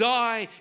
die